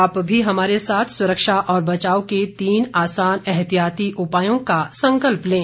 आप भी हमारे साथ सुरक्षा और बचाव के तीन आसान एहतियाती उपायों का संकल्प लें